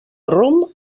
rom